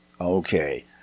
Okay